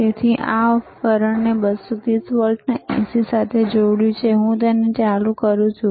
તેથી મેં આ ઉપકરણને 230 વોલ્ટના AC સાથે જોડાણ કર્યું છે અને હું તેને ચાલુ કરું છું